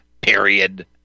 period